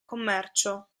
commercio